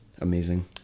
amazing